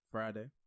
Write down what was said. Friday